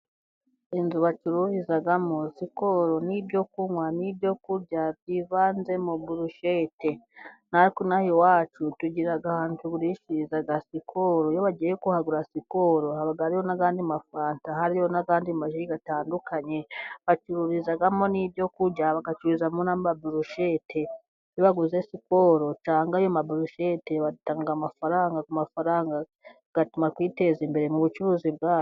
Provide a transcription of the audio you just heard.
Inzu bacururizamo sikoro n'ibyo kunwa n'ibyo kurya, byivanzemo burushete. Natwe ino aha iwacu tugira ahantu tugurishiriza sikoro, iyo bagiye kuhagurira sikoro n'andi mafanta, hariyo n'andi maji atandukanye. Bacururizamo n'ibyo kurya bagacururizamo n'amaburushete, iyo baguze sikoro cyangwa ayo maburushete batanga amafaranga, ku mafaranga batanze bigatuma kwiteza imbere mu bucuruzi bwa......